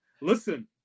listen